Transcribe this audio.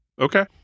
Okay